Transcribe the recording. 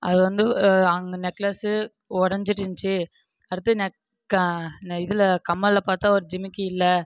அதுவந்து அங்கே நெக்லஸு உடஞ்சிட்டு இருந்துச்சு அடுத்து இதில் கம்மலில் பார்த்தா ஒரு ஜிமிக்கி இல்லை